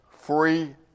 free